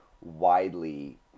widely